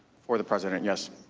for the president. yes.